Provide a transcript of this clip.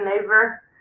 neighbor